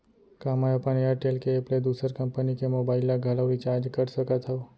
का मैं अपन एयरटेल के एप ले दूसर कंपनी के मोबाइल ला घलव रिचार्ज कर सकत हव?